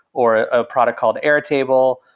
or a product called airtable,